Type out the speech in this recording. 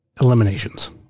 eliminations